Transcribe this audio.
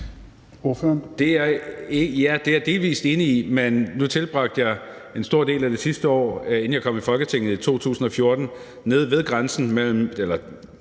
det er jeg delvis enig i, men nu tilbragte jeg en stor del af det sidste år, inden jeg kom i Folketinget i 2014, på den tyrkiske side